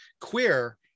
queer